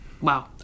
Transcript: Wow